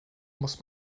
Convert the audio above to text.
muss